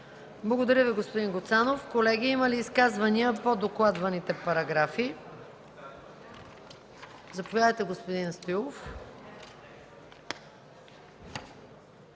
Благодаря Ви, господин Гуцанов. Колеги, има ли изказвания по докладваните параграфи? Заповядайте, господин Стоилов.